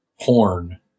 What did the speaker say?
porn